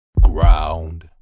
ground